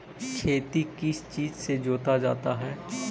खेती किस चीज से जोता जाता है?